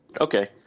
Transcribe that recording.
okay